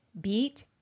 beat